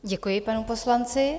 Děkuji panu poslanci.